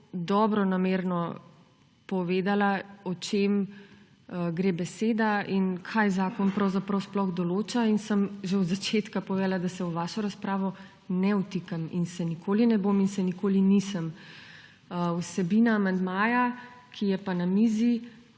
dobronamerno povedala, o čem gre beseda in kaj zakon pravzaprav sploh določa. Že na začetku sem povedala, da se v vašo razpravo ne vtikam in se nikoli ne bom in se nikoli nisem. Vsebina amandmaja, ki je na mizi,